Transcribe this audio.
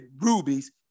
rubies